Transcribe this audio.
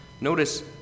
Notice